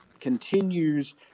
continues